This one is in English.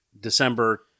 December